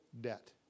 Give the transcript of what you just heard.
debt